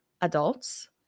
adults